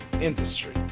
industry